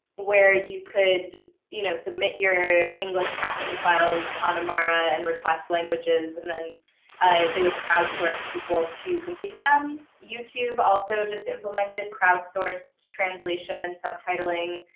where you could you know submit your english caption files on amara and request languages. and then they would crowdsource people to complete them. youtube also just implemented crowdsourced translation and subtitling,